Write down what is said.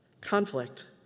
Conflict